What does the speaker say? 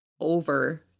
over